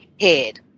head